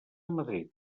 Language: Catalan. madrid